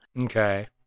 Okay